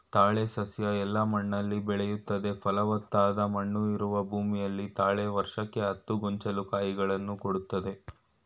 ತಾಳೆ ಸಸ್ಯ ಎಲ್ಲ ಮಣ್ಣಲ್ಲಿ ಬೆಳಿತದೆ ಫಲವತ್ತಾದ ಮಣ್ಣು ಇರುವ ಭೂಮಿಯಲ್ಲಿ ತಾಳೆ ವರ್ಷಕ್ಕೆ ಹತ್ತು ಗೊಂಚಲು ಕಾಯಿಗಳನ್ನು ಕೊಡ್ತದೆ